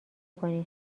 کنی